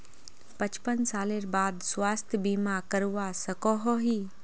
पचपन सालेर बाद स्वास्थ्य बीमा करवा सकोहो ही?